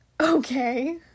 okay